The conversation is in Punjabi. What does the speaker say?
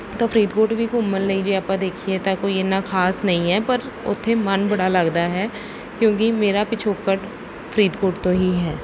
ਤਾਂ ਫਰੀਦਕੋਟ ਵੀ ਘੁੰਮਣ ਲਈ ਜੇ ਆਪਾਂ ਦੇਖੀਏ ਤਾਂ ਕੋਈ ਇੰਨਾ ਖਾਸ ਨਹੀਂ ਹੈ ਪਰ ਉੱਥੇ ਮਨ ਬੜਾ ਲੱਗਦਾ ਹੈ ਕਿਉਂਕਿ ਮੇਰਾ ਪਿਛੋਕੜ ਫਰੀਦਕੋਟ ਤੋਂ ਹੀ ਹੈ